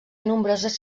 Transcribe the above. nombroses